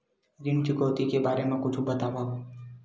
ऋण चुकौती के बारे मा कुछु बतावव?